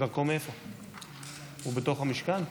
הוא בתוך המשכן?